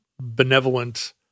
benevolent